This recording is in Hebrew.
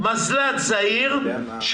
מזל"ט זעיר,